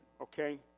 okay